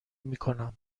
میکنم